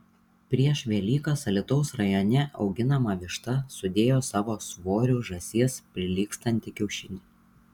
prieš velykas alytaus rajone auginama višta sudėjo savo svoriu žąsies prilygstantį kiaušinį